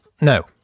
no